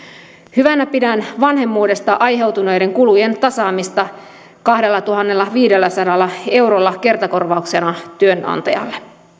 hyvänä pidän vanhemmuudesta aiheutuneiden kulujen tasaamista kahdellatuhannellaviidelläsadalla eurolla kertakorvauksena työnantajalle